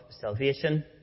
salvation